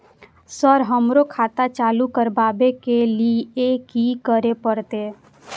Sir हमरो खाता चालू करबाबे के ली ये की करें परते?